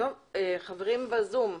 חברים בזום,